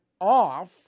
off